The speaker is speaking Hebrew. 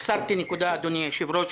החסרתי נקודה, אדוני היושב-ראש.